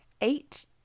Eight